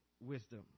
wisdom